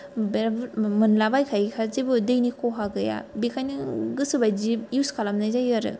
बेराद बुर मोनलाबायखायोखा जेबो दैनि खहा गैया बेखायनो गोसो बायदि युस खालामनाय जायो आरो